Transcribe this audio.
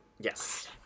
yes